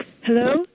Hello